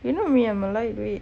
you know I mean I'm a lightweight